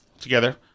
together